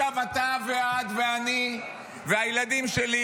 עכשיו אתה ואת ואני והילדים שלי,